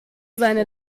seine